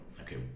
okay